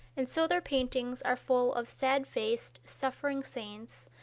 and so their paintings are full of sad-faced, suffering saints,